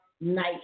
Night